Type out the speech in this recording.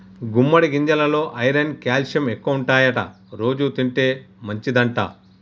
గుమ్మడి గింజెలల్లో iron calcium ఎక్కువుంటాయట రోజు తింటే మంచిదంట